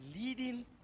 leading